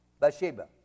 Bathsheba